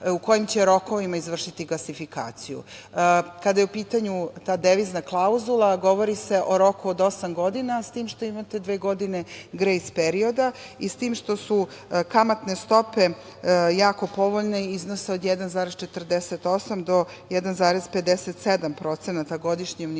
u kojim će rokovima Srbija izvršiti gasifikaciju. Kada je u pitanju ta devizna klauzula, govori se o roku od osam godina, s tim što imate dve godine grejs perioda i s tim što su kamatne stope jako povoljne. Iznose od 1,48% do 1,57% na godišnjem nivou,